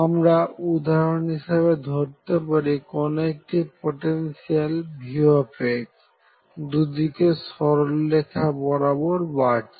আমরা উদাহরণ হিসেবে ধরতে পারি কোন একটি পোটেনশিয়াল V দুদিকে সরলরেখা বরাবর বাড়ছে